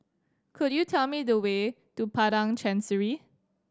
could you tell me the way to Padang Chancery